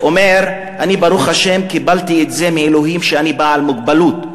אומר: אני ברוך השם קיבלתי את זה מאלוהים שאני בעל מוגבלות,